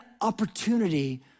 opportunity